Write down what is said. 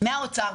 ממשרד האוצר,